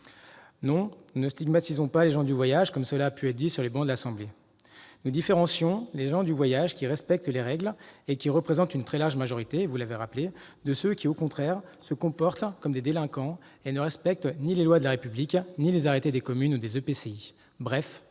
Non, nous ne stigmatisons pas les gens du voyage, comme cela a pu être dit sur les bancs de l'Assemblée nationale ! Nous faisons une différence entre les gens du voyage qui respectent les règles- ils représentent une très large majorité -et ceux qui, au contraire, se comportent comme des délinquants et ne respectent ni les lois de la République ni les arrêtés des communes ou des EPCI. Bref,